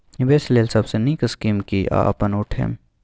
निवेश लेल सबसे नींक स्कीम की या अपन उठैम?